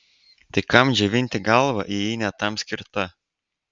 tai kam džiovinti galvą jei ji ne tam skirta